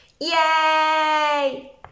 Yay